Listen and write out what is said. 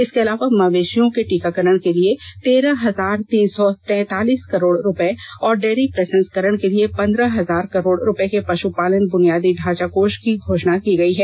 इसके अलावा मवेशियों के टीकॉकरण के लिए तेरह हजार तीन सौ तैतालीस करोड़ रुपए और डेयरी प्रसंस्करण के लिए पंद्रह हजार करोड़ रुपये के पश्पालन बुनियादी ढांचा कोष की घोषणा की गई है